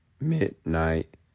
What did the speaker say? Midnight